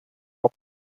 auch